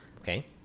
Okay